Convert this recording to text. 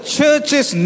churches